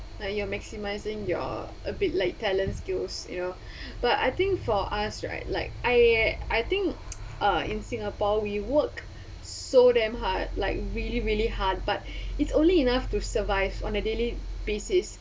like you're maximising your abi~ like talents skills you know but I think for us right like I I think uh in singapore we work so damn hard like really really hot but it's only enough to survive on a daily basis